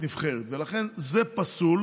ואי-אפשר להפסיד